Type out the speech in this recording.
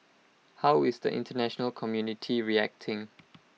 how is the International community reacting